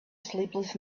sleepless